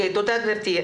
תודה גבירתי.